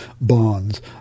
bonds